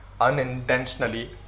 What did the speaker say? Unintentionally